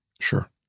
Sure